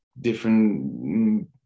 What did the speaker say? different